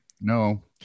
No